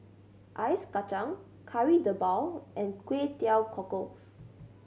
ice kacang Kari Debal and Kway Teow Cockles